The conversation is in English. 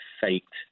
faked